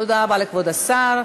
תודה רבה לכבוד השר.